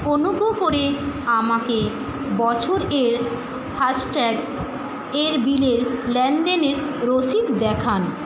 অনুগ্রহ করে আমাকে বছর এর ফাসট্যাগ এর বিলের লেনদেনের রসিদ দেখান